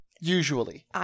Usually